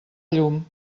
llum